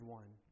one